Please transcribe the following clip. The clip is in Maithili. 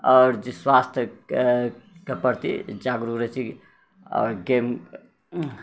आओर जे स्वास्थ्यके प्रति जागरूक रहै छियै कि आओर गेम